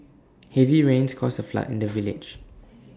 heavy rains caused A flood in the village